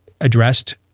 addressed